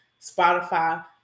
Spotify